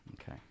Okay